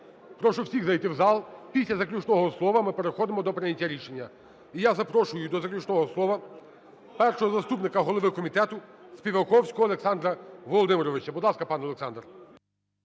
Прошу всіх зайти в зал. Після заключного слова ми переходимо до прийняття рішення. І я запрошую до заключного слова першого заступника голови комітетуСпіваковського Олександра Володимировича. Будь ласка, пан Олександр.